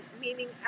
meaning